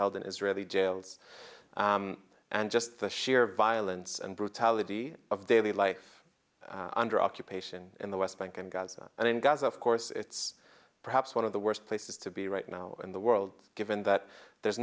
held in israeli jails and just the sheer violence and brutality of daily life under occupation in the west bank and gaza and in gaza of course it's perhaps one of the worst places to be right now in the world given that there's